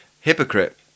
hypocrite